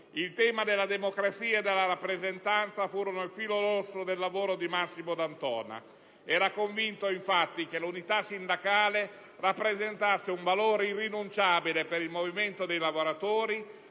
Il tema della democrazia e della rappresentanza furono il «filo rosso» del lavoro di Massimo D'Antona. Era convinto, infatti, che l'unità sindacale rappresentasse un valore irrinunciabile per il movimento dei lavoratori